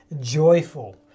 joyful